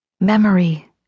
Memory